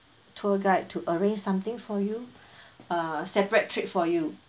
tour guide to arrange something for you uh separate trip for you